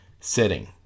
sitting